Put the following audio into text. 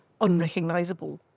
unrecognisable